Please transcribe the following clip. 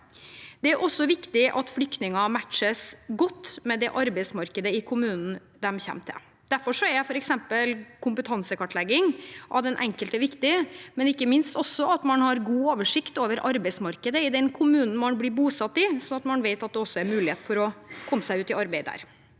Det er også viktig at flyktninger matches godt med arbeidsmarkedet i den kommunen de kommer til. Derfor er f.eks. kompetansekartlegging av den enkelte viktig, men ikke minst også at man har god oversikt over arbeidsmarkedet i den kommunen man blir bosatt i, slik at man vet at det er mulighet for å komme seg ut i arbeid der.